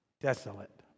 desolate